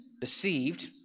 deceived